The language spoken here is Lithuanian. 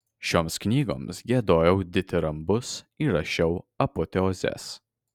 šioms knygoms giedojau ditirambus ir rašiau apoteozes